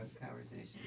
conversation